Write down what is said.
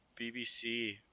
BBC